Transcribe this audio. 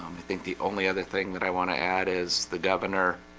think the only other thing that i want to add is the devan er